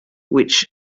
which